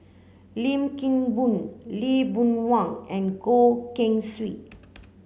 Lim Kim Boon Lee Boon Wang and Goh Keng Swee